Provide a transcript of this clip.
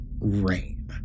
rain